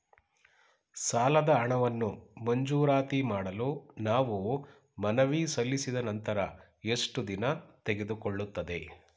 ಸಾಲದ ಹಣವನ್ನು ಮಂಜೂರಾತಿ ಮಾಡಲು ನಾವು ಮನವಿ ಸಲ್ಲಿಸಿದ ನಂತರ ಎಷ್ಟು ದಿನ ತೆಗೆದುಕೊಳ್ಳುತ್ತದೆ?